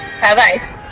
Bye-bye